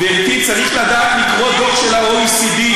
גברתי, צריך לדעת לקרוא דוח של ה-OECD.